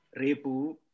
Repu